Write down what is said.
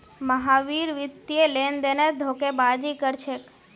महावीर वित्तीय लेनदेनत धोखेबाजी कर छेक